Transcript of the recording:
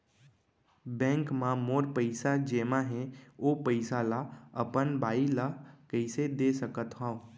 Bank म मोर पइसा जेमा हे, ओ पइसा ला अपन बाई ला कइसे दे सकत हव?